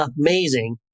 amazing